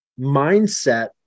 mindset